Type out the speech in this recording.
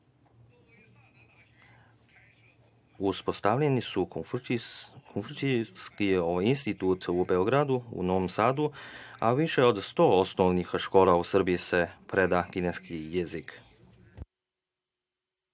Uspostavljeni su Konfučijski institut u Beogradu, u Novom Sadu, a u više od sto osnovnih škola u Srbiji se predaje kineski jezik. Dana,